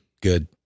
good